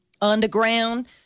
Underground